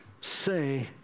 say